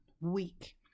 week